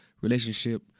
relationship